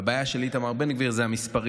והבעיה של איתמר בן גביר זה המספרים: